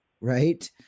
right